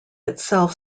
itself